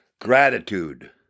gratitude